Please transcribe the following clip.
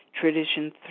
Tradition